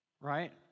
Right